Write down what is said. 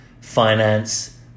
finance